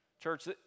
Church